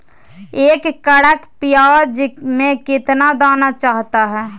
एक एकड़ प्याज में कितना दाना चाहता है?